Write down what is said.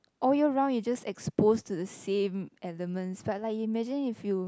all year round you just expose to the same elements but like imagine if you